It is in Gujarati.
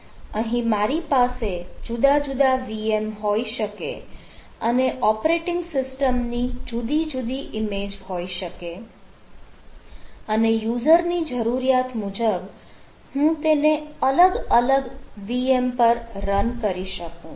અહીં મારી પાસે જુદા જુદા VM હોઈ શકે અને ઓપરેટિંગ સિસ્ટમની જુદી જુદી ઇમેજ હોઈ શકે અને યુઝર ની જરૂરિયાત મુજબ હું તેને અલગ અલગ VM પર રન કરી શકું